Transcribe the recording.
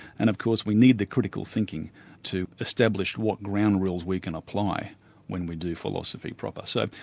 and of course we need the critical thinking to establish what ground rules we can apply when we do philosophy proper. so,